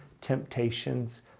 temptations